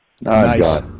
Nice